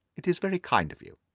it is very kind of you.